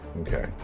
Okay